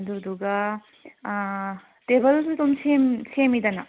ꯑꯗꯨꯗꯨꯒ ꯇꯦꯕꯜꯁꯨ ꯑꯗꯨꯝ ꯁꯦꯝ ꯁꯦꯝꯃꯤꯗꯅ